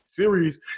series